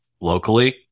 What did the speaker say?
locally